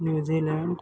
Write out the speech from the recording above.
New Zealand